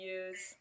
use